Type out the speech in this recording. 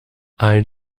ein